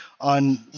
on